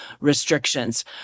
restrictions